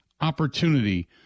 opportunity